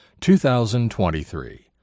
2023